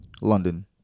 London